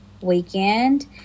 weekend